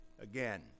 Again